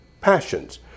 Passions